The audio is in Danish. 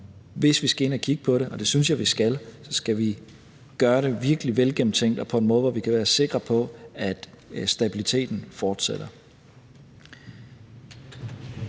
hvis vi skal ind at kigge på det, og det synes jeg vi skal – skal vi gøre det virkelig velgennemtænkt og på en måde, hvor vi kan være sikre på, at stabiliteten fortsætter.